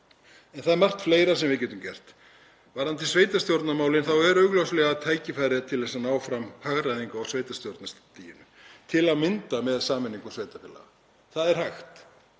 Það er margt fleira sem við getum gert. Varðandi sveitarstjórnarmálin eru augljóslega tækifæri til að ná fram hagræðingu á sveitarstjórnarstiginu, til að mynda með sameiningu sveitarfélaga. Það er hægt.